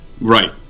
right